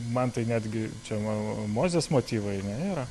man tai netgi čia na m m mozės motyvai ane yra